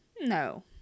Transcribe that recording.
no